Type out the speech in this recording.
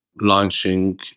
launching